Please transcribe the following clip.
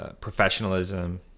professionalism